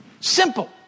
Simple